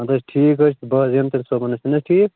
اَدٕ حظ ٹھیٖک حظ چھُ بہٕ حظ یِمہٕ تیٚلہِ صُبحنس چھُ نہٕ حظ ٹھیٖک